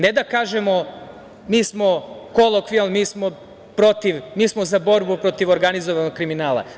Ne da kažemo - mi smo kolokvijalni, mi smo protiv, mi smo za borbu protiv organizovanog kriminala.